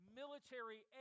military